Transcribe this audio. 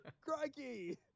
Crikey